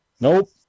Nope